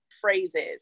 phrases